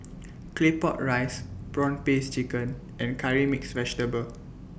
Claypot Rice Prawn Paste Chicken and Curry Mixed Vegetable